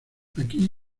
aquí